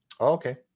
Okay